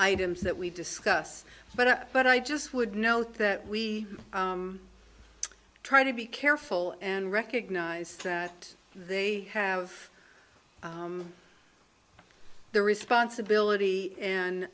items that we discuss but but i just would note that we try to be careful and recognize that they have the responsibility an